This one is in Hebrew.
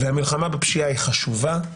המלחמה בפשיעה היא חשובה,